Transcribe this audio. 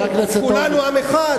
כולנו עם אחד.